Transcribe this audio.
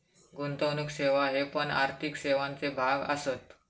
गुंतवणुक सेवा हे पण आर्थिक सेवांचे भाग असत